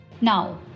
Now